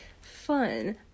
Fun